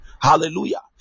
Hallelujah